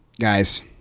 guys